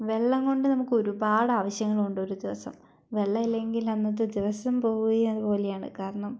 വെള്ളം കൊണ്ട് നമുക്ക് ഒരുപാട് ആവശ്യങ്ങൾ ഉണ്ട് ഒരു ദിവസം വെള്ളം ഇല്ലെങ്കിൽ അന്നത്തെ ദിവസം പോയതുപോലെയാണ് കാരണം